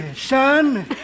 Son